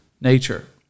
nature